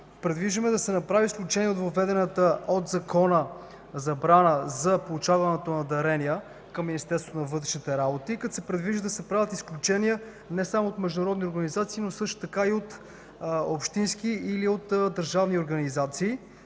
предвиждаме да се направи изключение от въведената от Закона забрана за получаване на дарения към Министерството на вътрешните работи, като се предвижда да се правят изключения не само от международни организации, но също така и от общински или държавни организации,